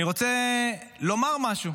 אני רוצה לומר משהו: